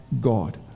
God